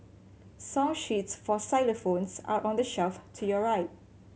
song sheets for xylophones are on the shelf to your right